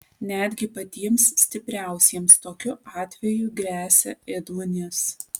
netgi patiems stipriausiems tokiu atveju gresia ėduonis